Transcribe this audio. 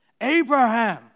Abraham